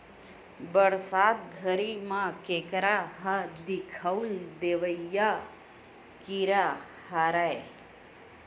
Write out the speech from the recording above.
बरसात घरी म केंकरा ह दिखउल देवइया कीरा हरय